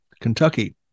Kentucky